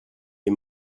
est